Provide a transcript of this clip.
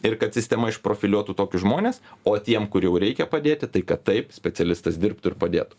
ir kad sistema iš profiliuotų tokius žmones o tiem kur jau reikia padėti tai kad taip specialistas dirbtų ir padėtų